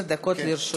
עשר דקות לרשותך.